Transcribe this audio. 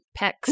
pecs